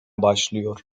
başlıyor